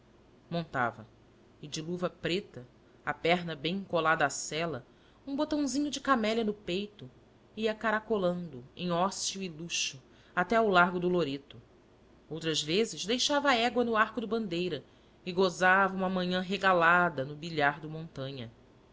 montava e de luva preta a perna bem colada à sela um botãozinho de camélia no peito ia caracolando em ócio e luxo até ao largo do loreto outras vezes deixava a égua no arco do bandeira e gozava uma manhã regalada no bilhar do montanha